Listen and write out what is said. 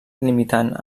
limitant